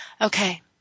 Okay